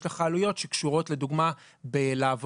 יש לך עלויות שקשורות לדוגמא בלעבור